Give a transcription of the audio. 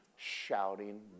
shouting